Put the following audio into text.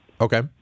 Okay